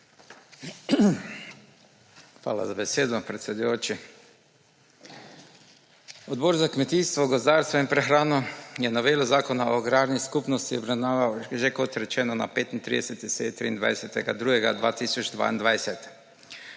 Hvala za besedo, predsedujoči. Odbor za kmetijstvo, gozdarstvo in prehrano je novelo zakona o agrarni skupnosti obravnaval na 35. seji 23. 2. 2022.